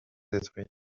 détruit